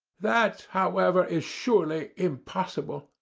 that however is surely impossible.